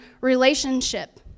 relationship